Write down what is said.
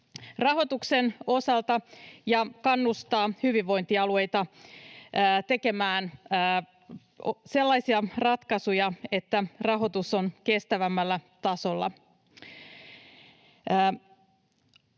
rahoituksen osalta ja kannustaa hyvinvointialueita tekemään sellaisia ratkaisuja, että rahoitus on kestävämmällä tasolla.